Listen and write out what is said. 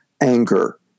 anger